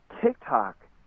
TikTok